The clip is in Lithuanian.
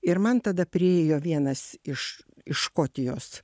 ir man tada priėjo vienas iš iš škotijos